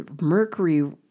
Mercury